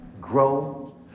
Grow